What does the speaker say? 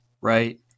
Right